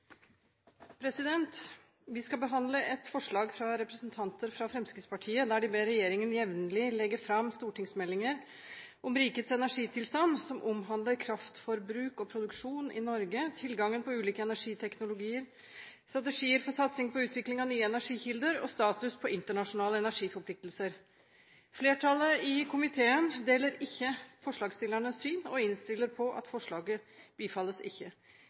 Vi skal behandle et forslag fra representanter fra Fremskrittspartiet der de ber regjeringen jevnlig legge fram stortingsmeldinger om rikets energitilstand, som omhandler kraftforbruk og -produksjon i Norge, tilgangen på ulike energiteknologier, strategier for satsing på utvikling av nye energikilder og status for internasjonale energiforpliktelser. Flertallet i komiteen deler ikke forslagsstillernes syn og innstiller på at forslaget ikke bifalles.